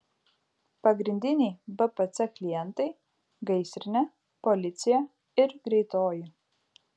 pagrindiniai bpc klientai gaisrinė policija ir greitoji